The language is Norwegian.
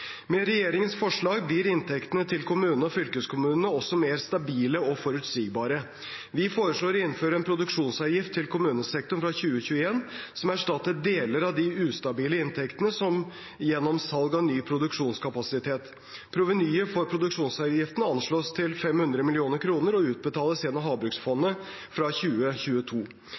Med regjeringens forslag blir inntektene til kommuner og fylkeskommuner også mer stabile og forutsigbare. Vi foreslår å innføre en produksjonsavgift til kommunesektoren fra 2021 som erstatter deler av de ustabile inntektene gjennom salg av ny produksjonskapasitet. Provenyet fra produksjonsavgiften anslås til 500 mill. kr og utbetales gjennom havbruksfondet fra 2022.